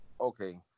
okay